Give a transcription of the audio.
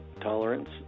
tolerance